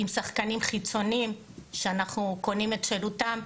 עם שחקנים חיצוניים שאנחנו קונים את שירותם,